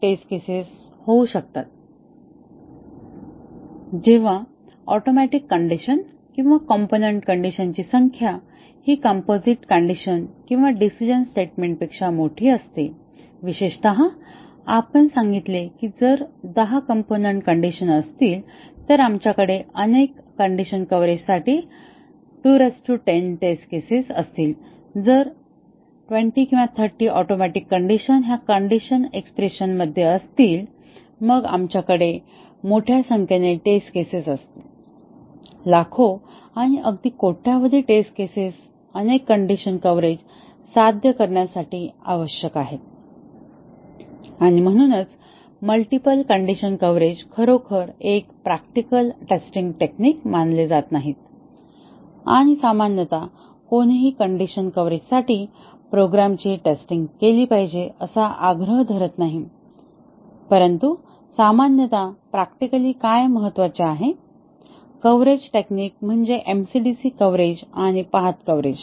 जेव्हा atomic condition किंवा component condition ची संख्या हि कंपोसिट कंडिशन किंवा डिसिजन स्टेटमेंट पेक्षा मोठी असते विशेषतः आपण सांगितले की जर दहा कॉम्पोनन्ट कंडिशन असतील तर आमच्याकडे अनेक कंडिशन कव्हरेजसाठी 210 टेस्ट केसेस असतील आणि जर 20 किंवा 30 ऑटोमिक कंडिशन ह्या कंडिशनल एक्सप्रेसन मध्ये असतील मग आमच्याकडे मोठ्या संख्येने टेस्ट केसेस असतील लाखो आणि अगदी कोट्यवधी टेस्ट केसेस अनेक कंडिशन कव्हरेज साध्य करण्यासाठी आवश्यक आहेत आणि म्हणूनच मल्टिपल कंडिशन कव्हरेज खरोखर एक प्रॅक्टिकल टेस्टिंग टेक्निक मानले जात नाही आणि सामान्यतः कोणीही कंडिशन कव्हरेजसाठी प्रोग्रामची टेस्टिंग केली पाहिजे असा आग्रह धरत नाही परंतु सामान्यतः प्रॅक्टिकली काय महत्वाचे आहे कव्हरेज टेक्निक म्हणजे एमसीडीसी कव्हरेज आणि पाथ कव्हरेज